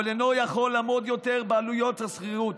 אינו יכול לעמוד יותר בעלויות השכירות,